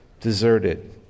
deserted